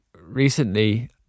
recently